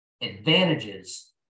advantages